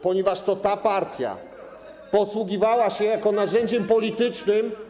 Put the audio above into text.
Ponieważ to ta partia posługiwała się jako narzędziem politycznym.